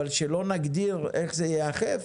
אבל שלא נגדיר איך זה ייאכף